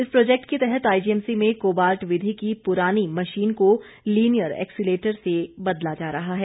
इस प्रोजेक्ट के तहत आईजीएमसी में कोबाल्ट विधि की पुरानी मशीन को लीनियर एक्सीलेटर से बदला जा रहा है